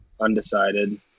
Undecided